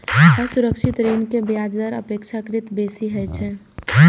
असुरक्षित ऋण के ब्याज दर अपेक्षाकृत बेसी होइ छै